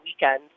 weekend